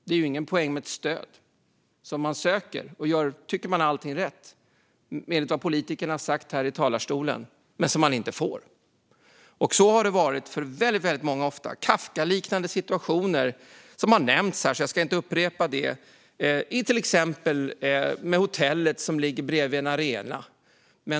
Det är ingen poäng med ett stöd som man söker, och tycker att man gör allting rätt när man söker enligt vad politikerna har sagt i talarstolen, men inte får. Så har det varit för väldigt många - ofta kafkaliknande situationer. Dessa har nämnts här, så jag ska inte upprepa det. Men ett exempel är hotellet som ligger bredvid en arena.